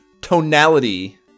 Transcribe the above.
tonality